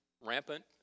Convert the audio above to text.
rampant